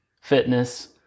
fitness